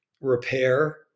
repair